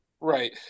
right